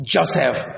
Joseph